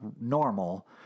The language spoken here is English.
normal